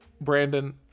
Brandon